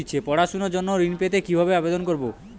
পড়াশুনা জন্য ঋণ পেতে কিভাবে আবেদন করব?